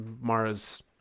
Mara's